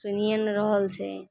सुनिए नहि रहल छै